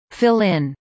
Fill-in